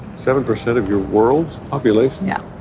seven percent of your world's population? yeah